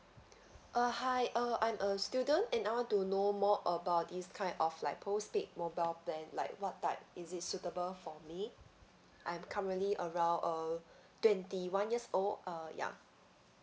uh hi uh I'm a student and I want to know more about this kind of like postpaid mobile plan like what type is it suitable for me I'm currently around uh twenty one years old uh ya